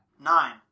Nine